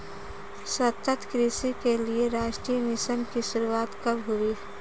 सतत कृषि के लिए राष्ट्रीय मिशन की शुरुआत कब हुई?